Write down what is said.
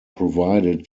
provided